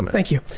thank you.